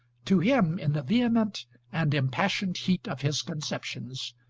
to him, in the vehement and impassioned heat of his conceptions,